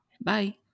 Bye